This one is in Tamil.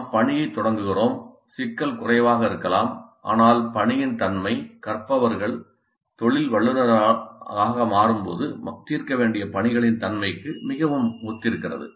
நாம் பணியைத் தொடங்குகிறோம் சிக்கல் குறைவாக இருக்கலாம் ஆனால் பணியின் தன்மை கற்பவர்கள் தொழில் வல்லுநர்களாக மாறும்போது தீர்க்க வேண்டிய பணிகளின் தன்மைக்கு மிகவும் ஒத்திருக்கிறது